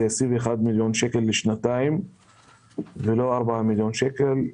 21 מיליון שקלים לשנתיים ולא 4 מיליון שקלים.